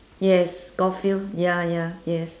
yes golf field ya ya yes